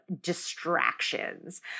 distractions